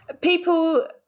people